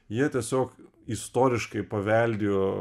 jie tiesiog istoriškai paveldėjo